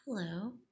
Hello